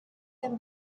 them